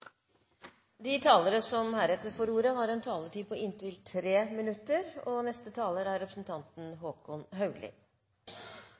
De talere som heretter får ordet, har en taletid på inntil 3 minutter. Representanten